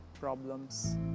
problems